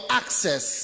access